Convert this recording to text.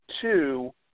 two